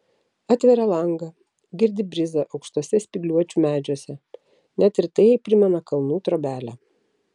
atveria langą girdi brizą aukštuose spygliuočių medžiuose net ir tai jai primena kalnų trobelę